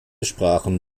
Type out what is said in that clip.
sprachen